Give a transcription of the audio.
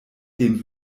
dem